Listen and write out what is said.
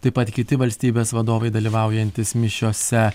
taip pat kiti valstybės vadovai dalyvaujantys mišiose